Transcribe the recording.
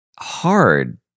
hard